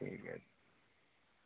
ঠিক আছে